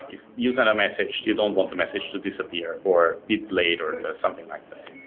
if you send a message, you don't want the message to disappear, or beep later to something like this.